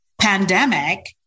Pandemic